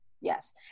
Yes